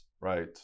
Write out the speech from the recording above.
right